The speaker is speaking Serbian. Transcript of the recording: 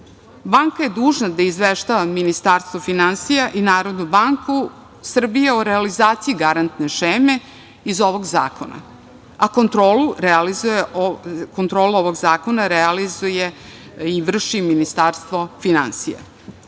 je dužna da izveštava Ministarstvo finansija i Narodnu banku Srbije o realizaciji garantne šeme iz ovog zakona, a kontrolu ovog zakona realizuje i vrši Ministarstvo finansija. Treći